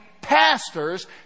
pastors